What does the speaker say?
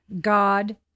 God